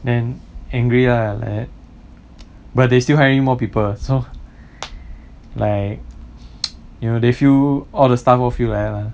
then angry lah like that but they still hiring more people so like you know they feel all the staff all feel like that lah